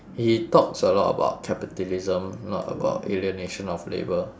he talks a lot about capitalism not about alienation of labour